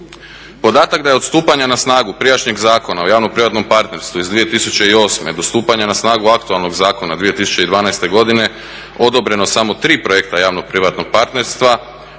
Podatak da je od stupanja na snagu prijašnjeg Zakona o javno-privatnom partnerstvu iz 2008. do stupanja na snagu aktualnog zakona 2012. godine, odobreno samo 3 projekta javno-privatnog partnerstva,